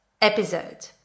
episode